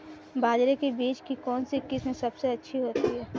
बाजरे के बीज की कौनसी किस्म सबसे अच्छी होती है?